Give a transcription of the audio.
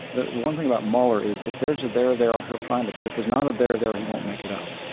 the one thing about mueller is if there is a there there, ah he'll find it. but if there's not a there there, he won't make it up.